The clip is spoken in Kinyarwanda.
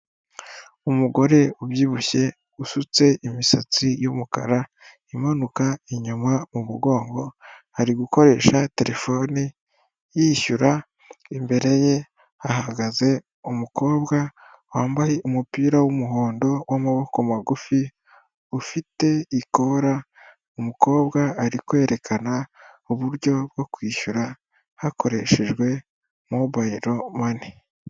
Umugore ubyibushye usutse imisatsi y'umukara imanuka inyuma mu umugongo ari gukoresha terefone yishyura, imbere ye hagaze umukobwa wambaye umupira w'umuhondo w'amaboko magufi ufite ikora umukobwa ari kwerekana uburyo bwo kwishyura hakoreshejwe mobayilo money.